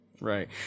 Right